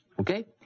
Okay